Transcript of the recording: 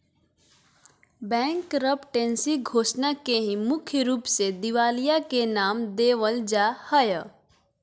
bankruptcy घोषणा के ही मुख्य रूप से दिवालिया के नाम देवल जा हय